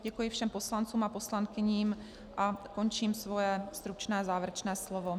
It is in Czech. Děkuji všem poslancům a poslankyním a končím svoje stručné závěrečné slovo.